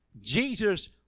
Jesus